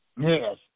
Yes